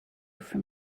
from